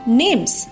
names